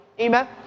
Amen